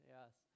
Yes